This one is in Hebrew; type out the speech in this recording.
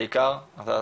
תודה